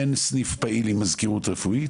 אין סניף עם מזכירות רפואית